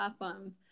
awesome